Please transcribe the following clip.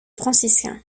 franciscains